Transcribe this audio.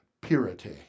purity